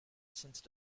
since